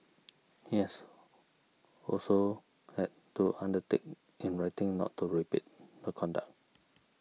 yes also had to undertake in writing not to repeat the conduct